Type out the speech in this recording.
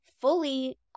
fully